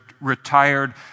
retired